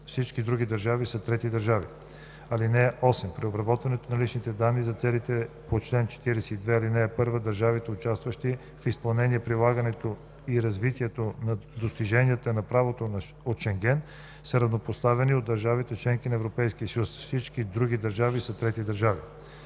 Всички други държави са трети държави. (8) При обработването на лични данни за целите по чл. 42, ал. 1 държавите, участващи в изпълнението, прилагането и развитието на достиженията на правото от Шенген, са равнопоставени на държавите – членки на Европейския съюз. Всички други държави са трети държави.“